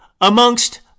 amongst